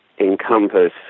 encompass